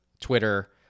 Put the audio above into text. Twitter